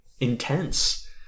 intense